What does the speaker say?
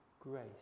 grace